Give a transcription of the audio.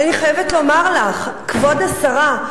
אבל אני חייבת לומר לך, כבוד השרה,